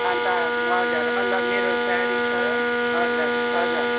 अन्त हजुर अन्त मेरो साडी छ हजुर हजुर